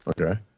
Okay